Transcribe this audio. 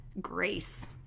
grace